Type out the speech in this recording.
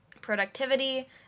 Productivity